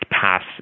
pass